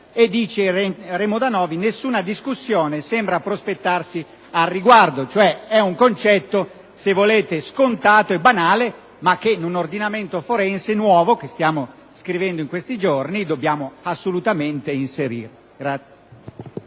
dice che nessuna discussione sembra prospettarsi al riguardo. È un concetto scontato e banale, ma che nell'ordinamento forense nuovo che stiamo scrivendo in questi giorni dobbiamo assolutamente inserire.